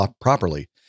properly